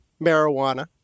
marijuana